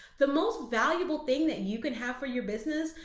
the most valuable thing that and you can have for your business,